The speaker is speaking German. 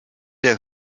der